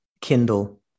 Kindle